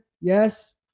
yes